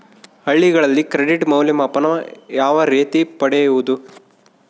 ಹಳ್ಳಿಗಳಲ್ಲಿ ಕ್ರೆಡಿಟ್ ಮೌಲ್ಯಮಾಪನ ಯಾವ ರೇತಿ ಪಡೆಯುವುದು?